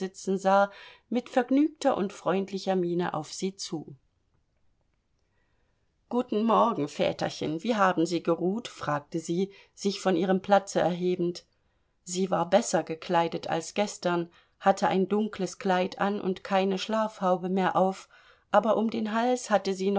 mit vergnügter und freundlicher miene auf sie zu guten morgen väterchen wie haben sie geruht fragte sie sich von ihrem platze erhebend sie war besser gekleidet als gestern hatte ein dunkles kleid an und keine schlafhaube mehr auf aber um den hals hatte sie